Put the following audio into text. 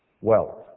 wealth